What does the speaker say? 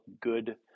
good